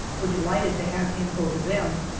were delighted to have him go to them,